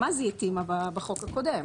גם אז היא התאימה בחוק הקודם.